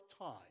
time